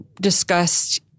discussed